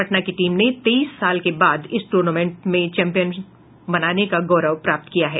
पटना की टीम ने तेईस साल के बाद इस टूर्नामेंट में चैंपियन बनने का गौरव प्राप्त किया है